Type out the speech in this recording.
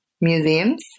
museums